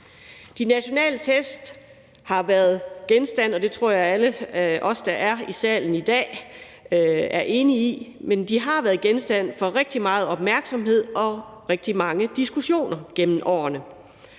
De nationale test har været genstand for rigtig meget opmærksomhed og rigtig mange diskussioner gennem årene